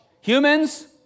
Humans